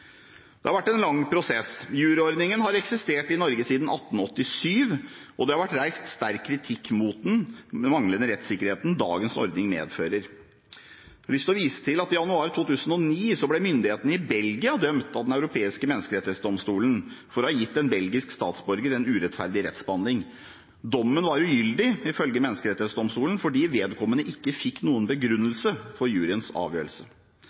Det har vært en lang prosess. Juryordningen har eksistert i Norge siden 1887, og det har vært reist sterk kritikk mot den manglende rettssikkerheten dagens ordning medfører. Jeg har lyst til å vise til at i januar 2009 ble myndighetene i Belgia dømt av Den europeiske menneskerettsdomstolen for å ha gitt en belgisk statsborger en urettferdig rettsbehandling. Dommen var ugyldig, ifølge menneskerettsdomstolen, fordi vedkommende ikke fikk noen begrunnelse for juryens avgjørelse.